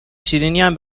شیرینیم